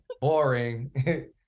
Boring